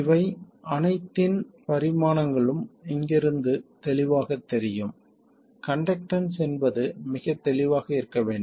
இவை அனைத்தின் பரிமாணங்களும் இங்கிருந்து தெளிவாகத் தெரியும் கண்டக்டன்ஸ் என்பது மிகத் தெளிவாக இருக்க வேண்டும்